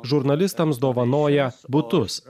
žurnalistams dovanoja butus